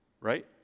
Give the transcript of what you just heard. right